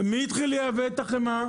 מי התחיל לייבא את החמאה?